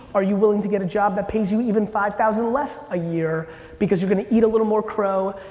are you willing to get a job that pays you even five thousand less a year because you're gonna eat a little more crow?